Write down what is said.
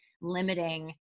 limiting